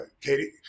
Katie